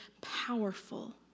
powerful